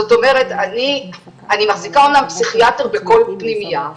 זאת אומרת אני מחזיקה אמנם פסיכיאטר בכל פנימייה,